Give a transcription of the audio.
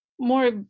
more